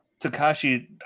Takashi